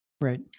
right